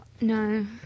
No